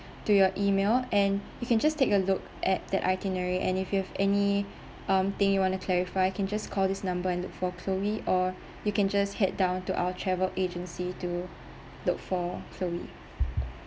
to your email and you can just take a look at that itinerary and if you have any um thing you want to clarify can just call this number and look for chloe or you can just head down to our travel agency to look for chloe